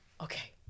Okay